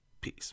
Peace